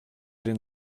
den